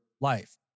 life